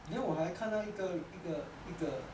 then 我还看到一个一个一个